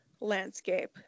landscape